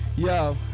Yo